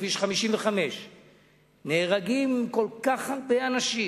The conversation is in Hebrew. בכביש 55 נהרגים כל כך הרבה אנשים,